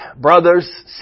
brothers